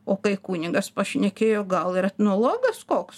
o kai kunigas pašnekėjo gal ir etnologas koks